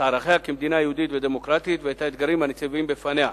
את ערכיה כמדינה יהודית ודמוקרטית ואת האתגרים הניצבים בפניה,